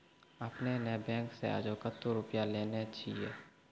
आपने ने बैंक से आजे कतो रुपिया लेने छियि?